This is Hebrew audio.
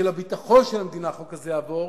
שלמען הביטחון של המדינה החוק הזה יעבור,